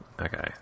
Okay